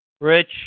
Rich